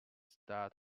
start